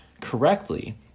correctly